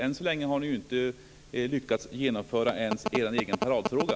Än så länge har ni inte ens lyckats genomföra er egen paradfråga.